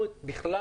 אנחנו בכלל,